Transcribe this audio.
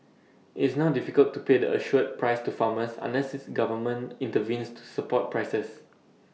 IT is now difficult to pay the assured prices to farmers unless this government intervenes to support prices